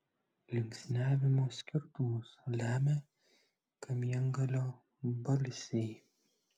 linksniavimo skirtumus lemia kamiengalio balsiai